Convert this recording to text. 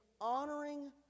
honoring